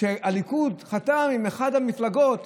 שהליכוד חתמה עם אחת המפלגות